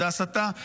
זה הסתה.